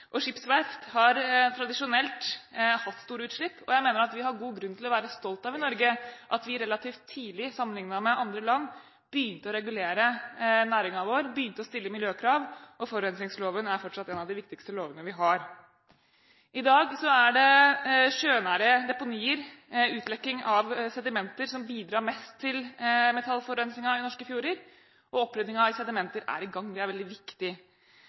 og skipsverft har tradisjonelt hatt store utslipp, og jeg mener at vi har god grunn til å være stolte i Norge over at vi relativt tidlig, sammenliknet med andre land, begynte å regulere næringen vår og begynte å stille miljøkrav. Forurensningsloven er fortsatt en av de viktigste lovene vi har. I dag er det sjønære deponier og utlekking av sedimenter som bidrar mest til metallforurensningen i norske fjorder. Opprydding av sedimenter er i gang. Det er veldig viktig.